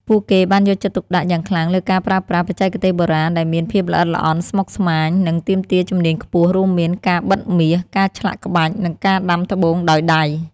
ពួកគេបានយកចិត្តទុកដាក់យ៉ាងខ្លាំងលើការប្រើប្រាស់ បច្ចេកទេសបុរាណ ដែលមានភាពល្អិតល្អន់ ស្មុគស្មាញ និងទាមទារជំនាញខ្ពស់ រួមមាន ការបិតមាស ការឆ្លាក់ក្បាច់ និងការដាំត្បូងដោយដៃ។